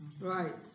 Right